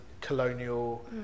colonial